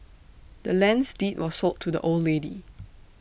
the land's deed was sold to the old lady